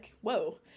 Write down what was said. Whoa